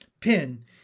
Pin